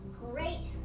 great